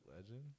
legend